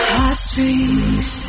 Heartstrings